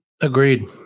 Agreed